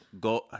go